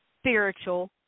spiritual